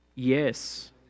Yes